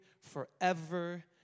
forever